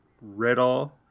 Riddle